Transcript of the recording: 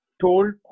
told